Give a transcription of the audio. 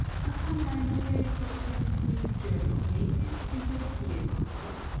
are sometimes a very grotesque mixture of native and european costume.